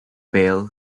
bail